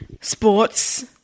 sports